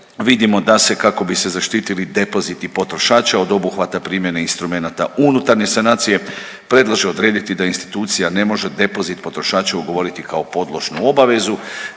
vidimo da se kako bi se zaštitili depoziti potrošača od obuhvata primjene instrumenta unutarnje sanacije predlaže odrediti da institucija ne može depozit potrošača ugovoriti kao podložnu obavezu